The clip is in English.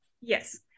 Yes